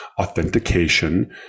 authentication